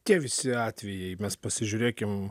tie visi atvejai mes pasižiūrėkim